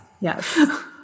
yes